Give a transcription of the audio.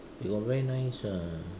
got very nice um